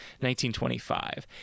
1925